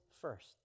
first